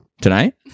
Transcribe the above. tonight